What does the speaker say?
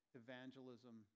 evangelism